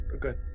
good